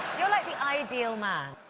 you're like the ideal man.